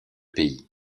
pays